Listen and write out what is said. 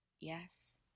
Yes